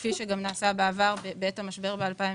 כפי שנעשה גם בעבר בעת המשבר ב-2012.